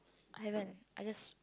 I haven't I just